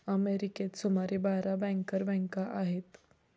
अमेरिकेतच सुमारे बारा बँकर बँका आहेत